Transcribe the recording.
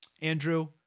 Andrew